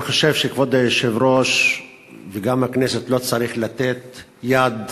אני חושב שכבוד היושב-ראש וגם הכנסת לא צריכים לתת יד